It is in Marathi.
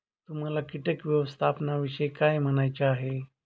तुम्हाला किटक व्यवस्थापनाविषयी काय म्हणायचे आहे?